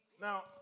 Now